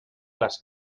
les